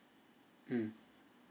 mm